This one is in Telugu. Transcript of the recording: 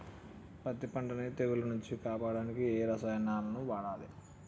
పత్తి పంటని తెగుల నుంచి కాపాడడానికి ఏ రసాయనాలను వాడాలి?